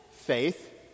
faith